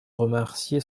remercier